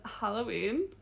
Halloween